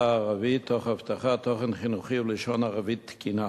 הערבית תוך הבטחת תוכן חינוכי ולשון ערבית תקינה.